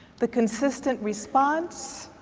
the consistent response?